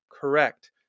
Correct